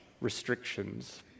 restrictions